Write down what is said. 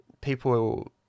people